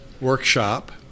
workshop